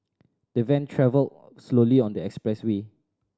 the van travelled slowly on the expressway